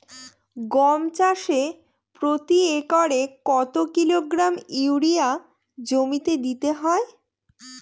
গম চাষে প্রতি একরে কত কিলোগ্রাম ইউরিয়া জমিতে দিতে হয়?